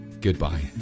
goodbye